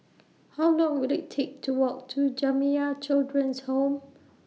How Long Will IT Take to Walk to Jamiyah Children's Home